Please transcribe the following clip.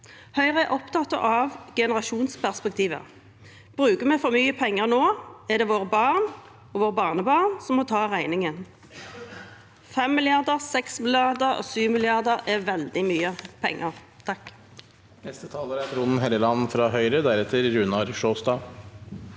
Høyre er opptatt av generasjonsperspektivet. Bruker vi for mye penger nå, er det våre barn og barnebarn som må ta regningen – 5 mrd. kr, 6 mrd. kr og 7 mrd. kr er veldig mye penger.